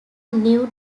new